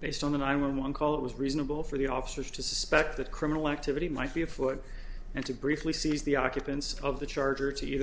based on the nine one call it was reasonable for the officers to suspect that criminal activity might be afoot and to briefly seize the occupants of the charge or to either